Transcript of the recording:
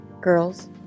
Girls